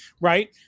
right